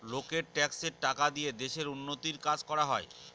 লোকের ট্যাক্সের টাকা দিয়ে দেশের উন্নতির কাজ করা হয়